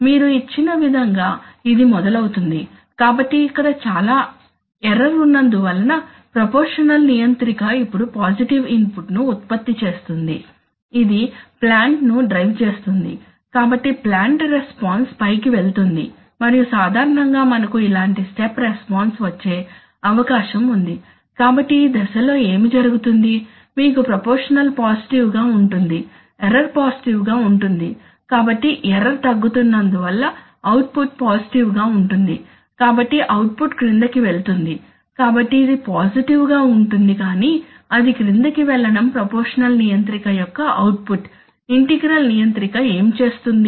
మీరు ఇచ్చిన విధంగా ఇది మొదలవుతుంది కాబట్టి ఇక్కడ చాలా ఎర్రర్ ఉన్నందు వలన ప్రపోర్షషనల్ నియంత్రిక ఇప్పుడు పాజిటివ్ ఇన్ పుట్ ను ఉత్పత్తి చేస్తుంది ఇది ప్లాంట్ ను డ్రైవ్ చేస్తుంది కాబట్టి ప్లాంట్ రెస్పాన్స్ పైకి వెళ్తుంది మరియు సాధారణంగా మనకు ఇలాంటి స్టెప్ రెస్పాన్స్ వచ్చే అవకాశం ఉంది కాబట్టి ఈ దశలో ఏమి జరుగుతుంది మీకు ప్రపోర్షషనల్ పాజిటివ్ గా ఉంటుంది ఎర్రర్ పాజిటివ్ గా ఉంటుంది కాబట్టి ఎర్రర్ తగ్గుతున్నందు వల్ల అవుట్పుట్ పాజిటివ్ గా ఉంటుంది కాబట్టి అవుట్పుట్ క్రిందకి వెళుతుంది కాబట్టి ఇది పాజిటివ్ గా ఉంటుంది కాని అది క్రిందికి వెళ్లడం ప్రపోర్షషనల్ నియంత్రిక యొక్క అవుట్ పుట్ ఇంటిగ్రల్ నియంత్రిక ఏమి చేస్తుంది